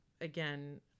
again